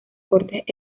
cortes